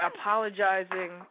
apologizing